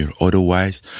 Otherwise